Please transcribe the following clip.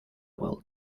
will